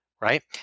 right